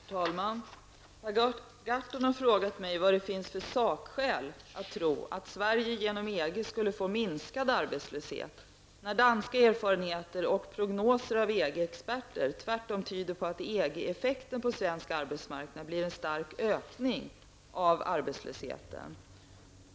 Herr talman! Per Gahrton har frågat mig vad det finns för sakskäl att tro att Sverige genom EG skulle få minskad arbetslöshet, när danska erfarenheter och prognoser av EG-experter tvärtom tyder på att EG-effekten på svensk arbetsmarknad blir en stark ökning av arbetslösheten.